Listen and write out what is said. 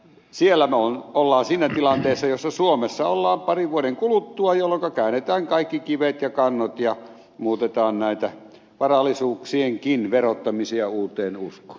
siellä ollaan siinä tilanteessa jossa suomessa ollaan parin vuoden kuluttua jolloinka käännetään kaikki kivet ja kannot ja muutetaan näitä varallisuuksienkin verottamisia uuteen uskoon